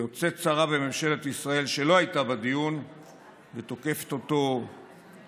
ויוצאת שרה בממשלת ישראל שלא הייתה בדיון ותוקפת אותו כהזוי,